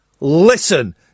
Listen